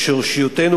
לשורשיותנו